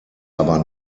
aber